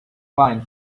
wine